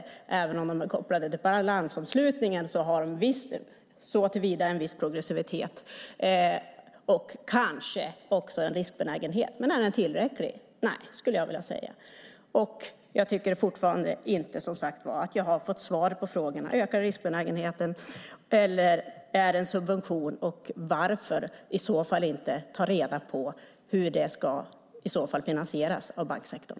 Även om de är kopplade till balansomslutningen har de en viss progressivitet och kanske också en riskbenägenhet. Men är den tillräcklig? Nej, skulle jag vilja säga. Jag tycker som sagt fortfarande att jag inte har fått svar på frågorna: Ökar riskbenägenheten eller är det en subvention? Varför i så fall inte ta reda på hur det ska finansieras av banksektorn?